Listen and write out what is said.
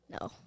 no